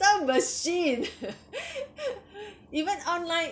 some machine even online